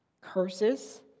curses